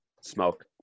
smoke